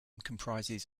comprises